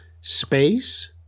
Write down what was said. space